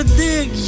dig